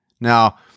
Now